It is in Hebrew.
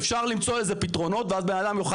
אפשר למצוא לזה פתרונות ואז בן אדם יוכל